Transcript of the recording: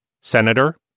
Senator